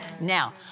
Now